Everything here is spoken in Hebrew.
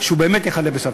שהוא באמת יחלה בסרטן.